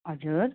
हजुर